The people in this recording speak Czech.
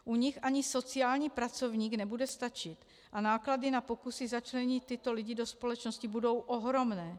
U nich ani sociální pracovník nebude stačit a náklady na pokusy začlenit tyto lidi do společnosti budou ohromné.